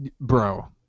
bro